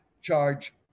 charge